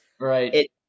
right